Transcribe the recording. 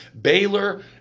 Baylor